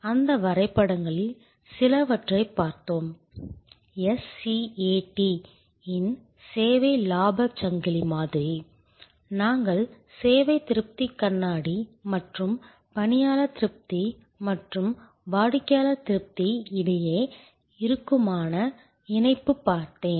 அந்த வரைபடங்களில் சிலவற்றைப் பார்த்தோம் SCAT இன் சேவை லாபச் சங்கிலி மாதிரி நாங்கள் சேவை திருப்தி கண்ணாடி மற்றும் பணியாளர் திருப்தி மற்றும் வாடிக்கையாளர் திருப்தி இடையே இறுக்கமான இணைப்பு பார்த்தேன்